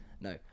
No